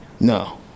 No